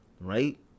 Right